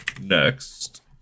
Next